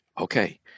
okay